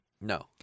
No